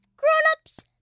grown-ups,